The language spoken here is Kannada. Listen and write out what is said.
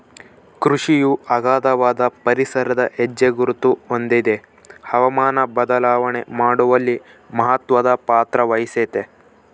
ಕೃಷಿಯು ಅಗಾಧವಾದ ಪರಿಸರದ ಹೆಜ್ಜೆಗುರುತ ಹೊಂದಿದೆ ಹವಾಮಾನ ಬದಲಾವಣೆ ಮಾಡುವಲ್ಲಿ ಮಹತ್ವದ ಪಾತ್ರವಹಿಸೆತೆ